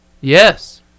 Yes